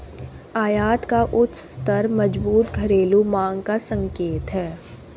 आयात का उच्च स्तर मजबूत घरेलू मांग का संकेत है